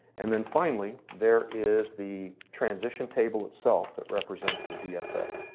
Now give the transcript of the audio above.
and then finally there is the transition table itself that represents the dfa.